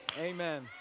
Amen